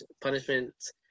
punishments